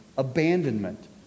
abandonment